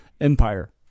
Empire